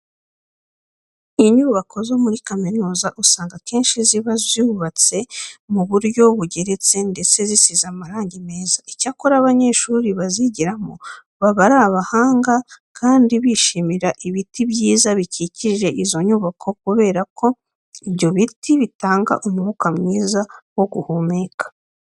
Inyubako zo muri kaminuza usanga akenshi ziba zubatse mu buryo bugeretse ndetse zisize amarange meza. Icyakora abanyeshuri bazigiramo baba ari abahanga kandi bishimira ibiti byiza bikikije izo nyubako kubera ko ibyo biti bitanga umwuka mwiza wo guhumeka.